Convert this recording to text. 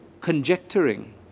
conjecturing